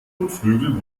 kotflügel